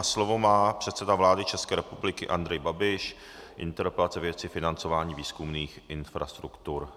Slovo má předseda vlády České republiky Andrej Babiš, interpelace ve věci financování výzkumných infrastruktur.